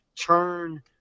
turn